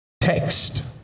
text